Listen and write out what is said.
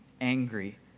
angry